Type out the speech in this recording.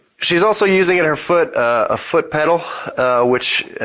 she's also using in her foot a foot pedal which